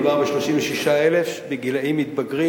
מדובר ב-36,000 בגילים מתבגרים,